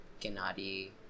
Gennady